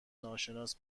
ناشناس